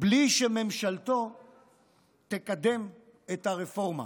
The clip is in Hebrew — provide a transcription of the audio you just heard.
בלי שממשלתו תקדם את הרפורמה,